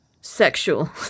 sexual